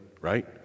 right